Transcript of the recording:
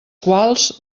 quals